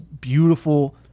beautiful